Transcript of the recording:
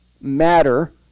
matter